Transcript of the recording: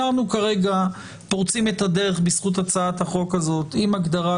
אנחנו כרגע פורצים את הדרך בזכות הצעת החוק הזאת עם הגדרת